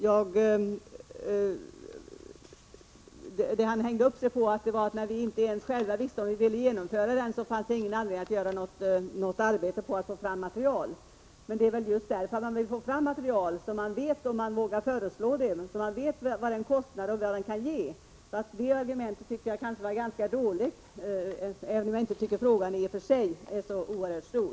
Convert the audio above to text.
Erik Johansson hängde upp sig på att det inte finns någon anledning att lägga ned arbete på att ta fram material när vi inte ens själva vet om vill införa en allmän arbetslöshetsförsäkring. Men det är ju just för att kunna veta om vi vågar föreslå en sådan reform som vi vill få fram material som visar vad den skulle kosta och vad den kan ge. Erik Johanssons argument var därför ganska dåligt, även om jag i och för sig inte tycker att frågan är så oerhört stor.